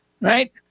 right